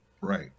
right